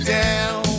down